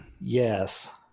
Yes